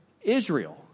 Israel